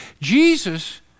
Jesus